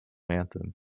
anthem